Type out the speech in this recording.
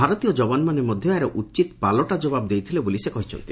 ଭାରତୀୟ ଯବାନମାନେ ମଧ୍ୟ ଏହାର ଉଚିତ ପାଲଟା ଜବାବ ଦେଇଥିଲେ ବୋଲି ସେ କହିଛନ୍ତି